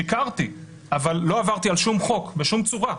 אבל לא עברתי על שום חוק בשום צורה.